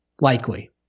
likely